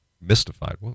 mystified